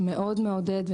שמאוד מעודד,